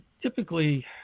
typically